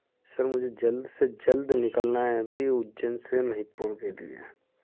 sir मुझे जल्द से जल्द निकलना है अभी उज्जैन से महिपुर के लिए